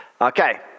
Okay